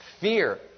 fear